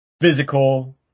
physical